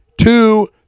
two